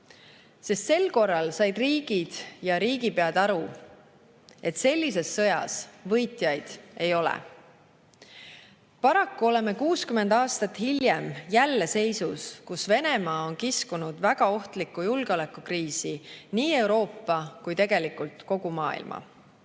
Tol korral said riigid ja riigipead aru, et sellises sõjas võitjaid ei ole. Paraku oleme 60 aastat hiljem jälle seisus, kus Venemaa on kiskunud väga ohtlikku julgeolekukriisi nii Euroopa kui ka tegelikult kogu maailma.